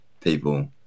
people